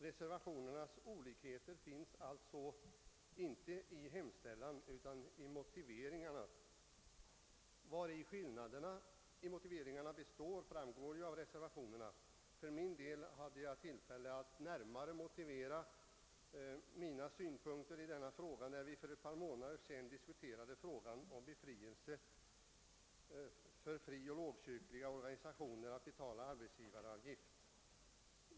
Reservationernas olikheter finns alltså inte i hemställan utan i motiveringarna. Jag hade tillfälle att närmare motivera mina synpunkter när vi för ett par månader sedan diskuterade frågan om befrielse för frioch lågkyrkliga organisationer från att betala arbetsgivargift.